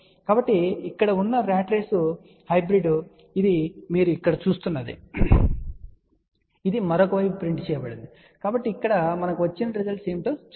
కాబట్టి ఇక్కడ ఉన్న రాట్రేస్ హైబ్రిడ్ ఇది మీరు ఇక్కడ చూస్తున్నది ఇది మరొక వైపు ప్రింట్ చేయబడింది కాబట్టి ఇక్కడ మనకు వచ్చిన రిజల్ట్స్ ఏమిటో చూద్దాం